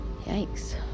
Yikes